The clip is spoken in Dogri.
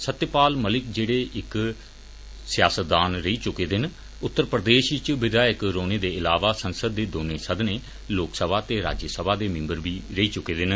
सत्यपाल मलिक जेह्ड़े इक सिआसतदान रेई चुके दे न उत्तर प्रदेश च विधायक रौह्ने दे इलावा संसद दे दौनें सदने लोकसभा ते राज्यसभा दे मिंबर बी रेई चुके दे न